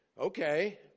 Okay